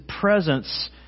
presence